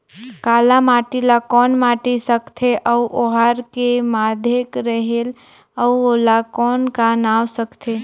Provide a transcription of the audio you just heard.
काला माटी ला कौन माटी सकथे अउ ओहार के माधेक रेहेल अउ ओला कौन का नाव सकथे?